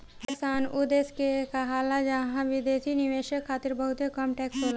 tax haven उ देश के कहाला जहां विदेशी निवेशक खातिर बहुते कम टैक्स होला